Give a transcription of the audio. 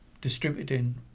distributing